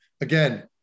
again